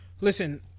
Listen